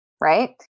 Right